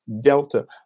Delta